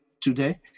today